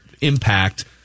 impact